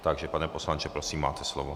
Takže pane poslanče, prosím, máte slovo.